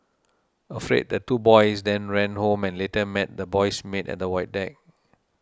afraid the two boys then ran home and later met the boy's maid at the void deck